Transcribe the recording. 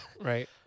Right